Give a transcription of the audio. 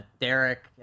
Derek